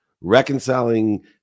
Reconciling